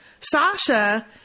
Sasha